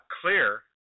clear